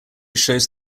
shows